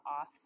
off